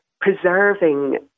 preserving